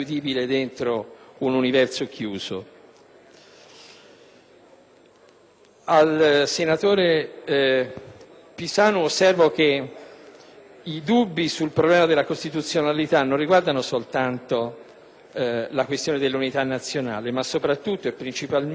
del senatore Pisanu, osservo che i dubbi sul problema della costituzionalità non riguardano soltanto la questione dell'unità nazionale, ma soprattutto il principio di eguaglianza dei cittadini di fronte alla legge,